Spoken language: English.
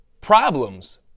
problems